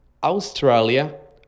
Australia